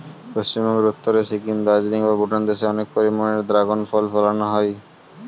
পশ্চিমবঙ্গের উত্তরে সিকিম, দার্জিলিং বা ভুটান দেশে অনেক পরিমাণে দ্রাগন ফল ফলানা হয়